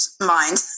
mind